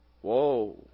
Whoa